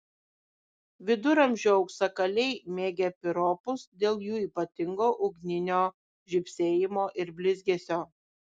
viduramžių auksakaliai mėgę piropus dėl jų ypatingo ugninio žybsėjimo ir blizgesio